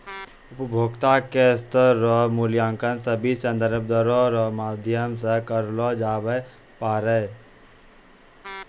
उपभोक्ता के स्तर रो मूल्यांकन भी संदर्भ दरो रो माध्यम से करलो जाबै पारै